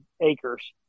acres